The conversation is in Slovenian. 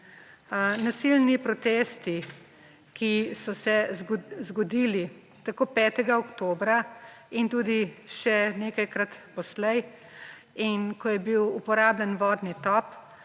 Nasilni protesti, ki so se zgodili tako 5. oktobra in tudi še nekajkrat poslej, in ko je bil uporabljen vodni top,